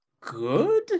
good